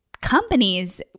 companies